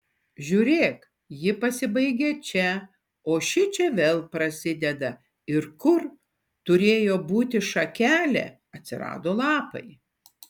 žiūrėk ji pasibaigia čia o šičia vėl prasideda ir kur turėjo būti šakelė atsirado lapai